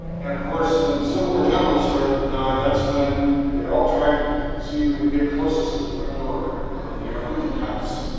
and, of course, when civil war generals started to die, that's when they all tried to see who could get closest to the front door, of the the arlington house.